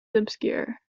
obscure